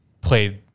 played